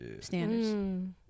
standards